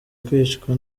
kwicwa